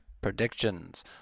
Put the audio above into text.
predictions